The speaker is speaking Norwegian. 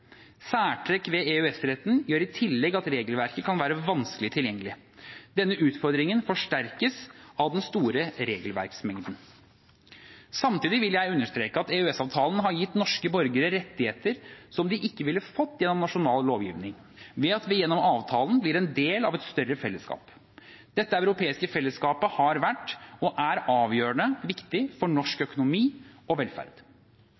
Særtrekk ved EØS-retten gjør i tillegg at regelverket kan være vanskelig tilgjengelig. Denne utfordringen forsterkes av den store regelverksmengden. Samtidig vil jeg understreke at EØS-avtalen har gitt norske borgere rettigheter som de ikke ville fått gjennom nasjonal lovgivning, ved at vi gjennom avtalen blir en del av et større fellesskap. Dette europeiske fellesskapet har vært og er avgjørende viktig for norsk økonomi og velferd.